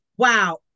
wow